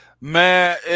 man